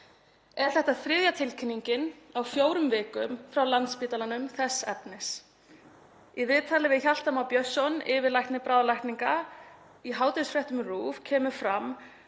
Er þetta þriðja tilkynningin á fjórum vikum frá Landspítalanum þess efnis. Í viðtali við Hjalta Má Björnsson, yfirlækni bráðalækninga, í hádegisfréttum RÚV kemur fram